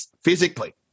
physically